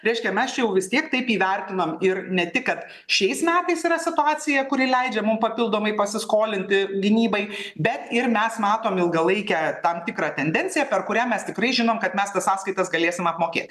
reiškia mes čia jau vis tiek taip įvertinam ir ne tik kad šiais metais yra situacija kuri leidžia mum papildomai pasiskolinti gynybai bet ir mes matom ilgalaikę tam tikra tendencija per kurią mes tikrai žinom kad mes tas sąskaitas galėsime apmokėti